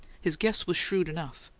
his guess was shrewd enough.